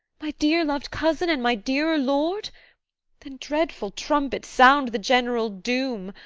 my dear-lov'd cousin, and my dearer lord then, dreadful trumpet, sound the general doom!